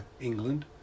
England